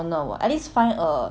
hotel job mah